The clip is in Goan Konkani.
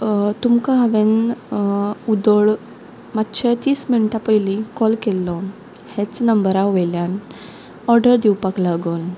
तुमकां हांवेंन वोदोळ मातशें तीस मिनटां पयलीं कॉल केल्लो हेच नंबरा वयल्यान ऑर्डर दिवपाक लागोन